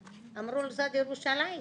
אמרו: לצד ירושלים,